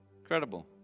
Incredible